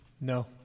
No